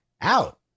out